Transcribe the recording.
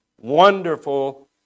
Wonderful